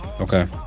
Okay